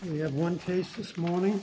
we have one face this morning